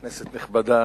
כנסת נכבדה,